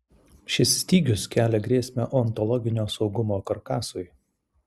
šis stygius kelia grėsmę ontologinio saugumo karkasui